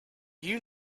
you